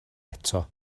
eto